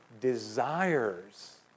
desires